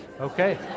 Okay